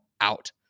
out